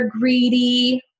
greedy